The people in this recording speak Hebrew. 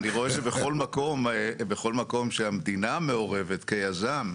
אני רואה שבכל מקום שהמדינה מעורבת כיזם,